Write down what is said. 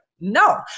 no